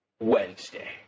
Wednesday